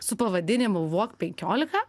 su pavadinimu walk penkiolika